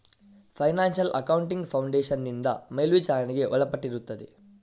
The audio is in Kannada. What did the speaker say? ಫೈನಾನ್ಶಿಯಲ್ ಅಕೌಂಟಿಂಗ್ ಫೌಂಡೇಶನ್ ನಿಂದ ಮೇಲ್ವಿಚಾರಣೆಗೆ ಒಳಪಟ್ಟಿರುತ್ತದೆ